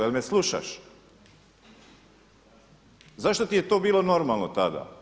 Je li me slušaš? zašto ti je to bilo normalno tada?